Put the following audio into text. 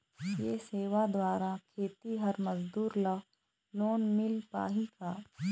ये सेवा द्वारा खेतीहर मजदूर ला लोन मिल पाही का?